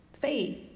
Faith